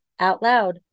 OUTLOUD